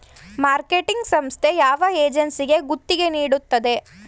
Marketing ಸಂಸ್ಥೆ ಯಾವ ಏಜೆನ್ಸಿಗೆ ಗುತ್ತಿಗೆ ನೀಡುತ್ತದೆ?